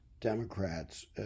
Democrats